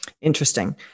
Interesting